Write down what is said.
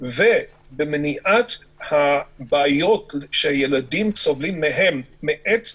ובמניעת הבעיות שהילדים צוברים מהם מעצם